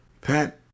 Pat